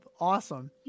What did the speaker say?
Awesome